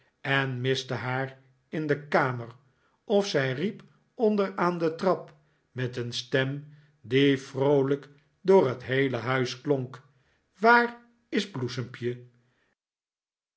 en miste haar in de kamer of zij riep onder aan de trap met een stem die vroolijk door het heele huis klonk waar is bloesempje